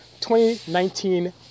2019